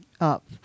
up